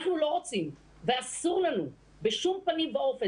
אנחנו לא רוצים ואסור לנו בשום פנים ואופן.